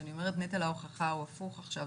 שאני אומרת נטל ההוכחה הוא הפוך עכשיו,